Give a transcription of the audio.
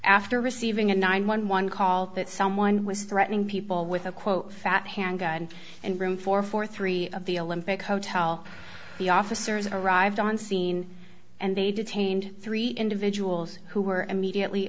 after receiving a nine hundred and eleven call that someone was threatening people with a quote that handgun and room for forty three of the olympic hotel the officers arrived on scene and they detained three individuals who were immediately